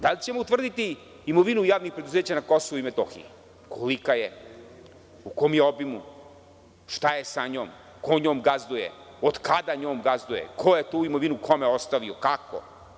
Da li ćemo utvrditi imovinu javnih preduzeća na Kosovu i Metohiji, kolika je, u kom je obimu, šta je sa njom, ko njom gazduje, od kada njom gazduje, ko je tu imovinu kome ostavio, kako?